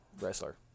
wrestler